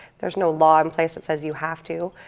there's no law in place that says you have too.